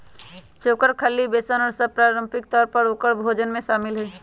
चोकर, खल्ली, बेसन और सब पारम्परिक तौर पर औकर भोजन में शामिल हई